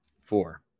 Four